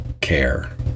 care